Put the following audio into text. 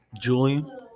Julian